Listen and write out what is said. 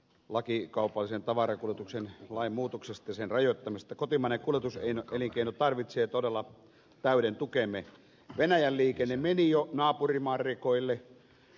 laki kaupallisen tavarankuljetuksen lainmuutoksesta sen rajoittamista kotimainen kulutus ei elinkeino tarvitsee todella täyden tukemme venäjän liikenne meni jo naapurimaan rekoille